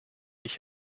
ich